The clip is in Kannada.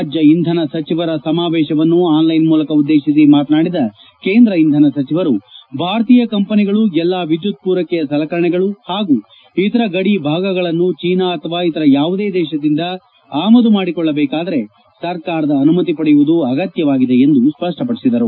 ರಾಜ್ಞ ಇಂಧನ ಸಚಿವರುಗಳ ಸಮಾವೇಶವನ್ನು ಆನ್ಲೈನ್ ಮೂಲಕ ಉದ್ದೇಶಿಸಿ ಮಾತನಾಡಿದ ಕೇಂದ್ರ ಇಂಧನ ಸಚಿವರು ಭಾರತೀಯ ಕಂಪನಿಗಳು ಎಲ್ಲ ವಿದ್ಯುತ್ ಪೂರೈಕೆಯ ಸಲಕರಣೆಗಳು ಹಾಗೂ ಇತರ ಬಿಡಿ ಭಾಗಗಳನ್ನು ಚೀನಾ ಅಥವಾ ಇತರ ಯಾವುದೇ ದೇಶದಿಂದ ಆಮದು ಮಾಡಿಕೊಳ್ಟಬೇಕಾದರೆ ಸರ್ಕಾರದ ಅನುಮತಿ ಪಡೆಯುವುದು ಅಗತ್ಯವಾಗಿದೆ ಎಂದು ಸ್ಪಷ್ಟಪಡಿಸಿದರು